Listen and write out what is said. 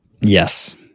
Yes